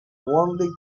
only